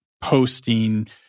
posting